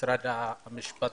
במשרד המשפטים.